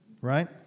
right